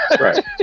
Right